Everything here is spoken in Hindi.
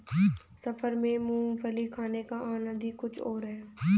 सफर में मूंगफली खाने का आनंद ही कुछ और है